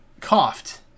coughed